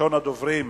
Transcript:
ראשון הדוברים,